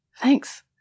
Thanks